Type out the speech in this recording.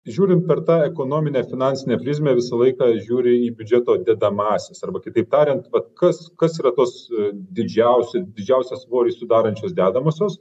žiūrim per tą ekonominę finansinę prizmę visą laiką žiūri į biudžeto dedamąsias arba kitaip tariant vat kas kas yra tos didžiausi didžiausią svorį sudarančios dedamosios